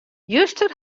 juster